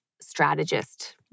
strategist